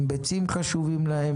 אם ביצים חשובות להם,